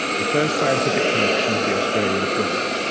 the first scientific collection of the australian flora.